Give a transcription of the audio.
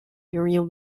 during